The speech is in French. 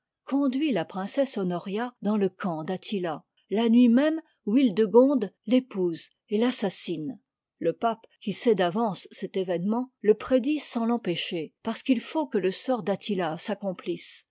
conduit la princesse honoria dans le camp d'attila la nuit même où hildegonde l'épouse et assassine le pape qui sait d'avance cet événement le prédit sans t'empêcher parce qu'il faut que e sort d'attila